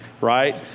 right